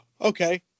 okay